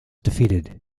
defeated